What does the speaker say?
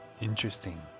Interesting